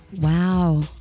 Wow